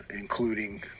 including